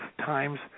times